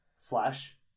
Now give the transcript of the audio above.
Flash